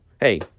hey